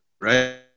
right